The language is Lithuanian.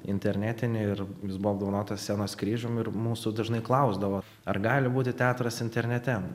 internetinį ir jis buvo apdovanotas scenos kryžium ir mūsų dažnai klausdavo ar gali būti teatras internete